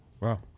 Wow